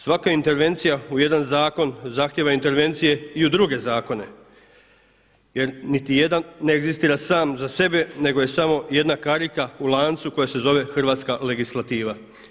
Svaka intervencija u jedan zakon zahtijeva intervencije i u druge zakone, jer niti jedan ne egzistira sam za sebe, nego je samo jedna karika u lancu koja se zove hrvatska legislativa.